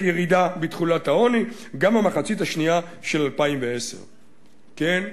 ירידה בתחולת העוני גם במחצית השנייה של 2010". כן,